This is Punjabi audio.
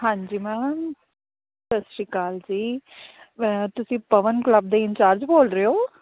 ਹਾਂਜੀ ਮੈਮ ਸਤਿ ਸ਼੍ਰੀ ਅਕਾਲ ਜੀ ਤੁਸੀਂ ਪਵਨ ਕਲੱਬ ਦੇ ਇੰਚਾਰਜ ਬੋਲ ਰਹੇ ਹੋ